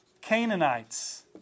Canaanites